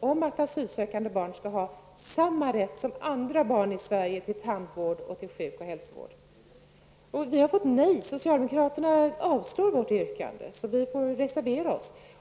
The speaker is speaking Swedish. om att asylsökande barn skall ha samma rätt som andra barn i Sverige till tandvård och till sjuk och hälsovård har avstyrkts av utskottsmajoriteten. Eftersom socialdemokraterna har avstyrkt vårt yrkande har vi fått reservera oss.